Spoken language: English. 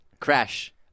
Crash